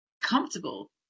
comfortable